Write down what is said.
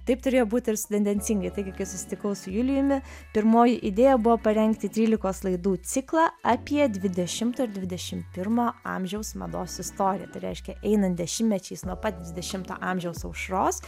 taip turėjo būti ir su tendencingai taigi kai susitikau su juliumi pirmoji idėja buvo parengti trylikos laidų ciklą apie dvidešimto ir dvidešim pirmo amžiaus mados istoriją tai reiškia einant dešimtmečiais nuo pat dvidešimto amžiaus aušros